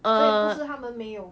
所以不是他们没有